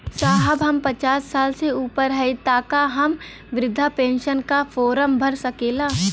साहब हम पचास साल से ऊपर हई ताका हम बृध पेंसन का फोरम भर सकेला?